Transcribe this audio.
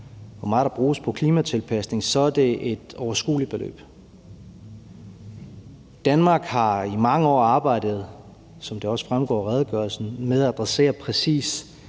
hvor meget der bruges på klimatilpasning, så er det et overskueligt beløb. Danmark har i mange år arbejdet, som det også fremgår af redegørelsen, med at adressere præcis